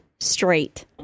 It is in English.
straight